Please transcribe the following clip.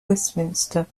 westminster